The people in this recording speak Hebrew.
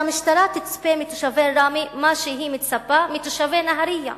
שהמשטרה תצפה מתושבי ראמה מה שהיא מצפה מתושבי נהרייה,